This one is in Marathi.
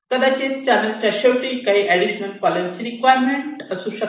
कदाचित चॅनेलच्या शेवटी काही एडिशनल कॉलम ची रिक्वायरमेंट असू शकते